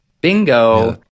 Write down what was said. bingo